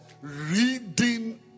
reading